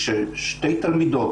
כששתי תלמידות